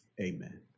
Amen